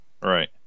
Right